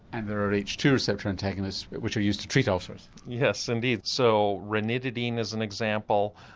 and there are h two receptor antagonists which are used to treat ulcers. yes indeed, so ranitidine is an example,